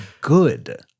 good